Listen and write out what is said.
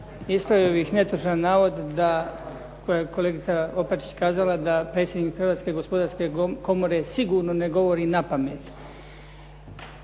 Ispravio bih netočan navod da koji je kolegica Opačić kazala da predsjednik Hrvatske gospodarske komore sigurno ne govori na pamet.